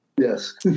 Yes